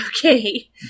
Okay